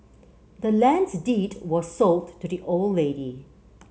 the land's deed was sold to the old lady